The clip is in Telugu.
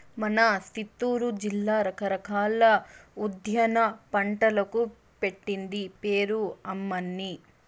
మన సిత్తూరు జిల్లా రకరకాల ఉద్యాన పంటలకు పెట్టింది పేరు అమ్మన్నీ